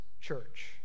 church